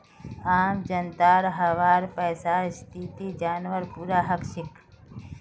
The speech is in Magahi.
आम जनताक वहार पैसार स्थिति जनवार पूरा हक छेक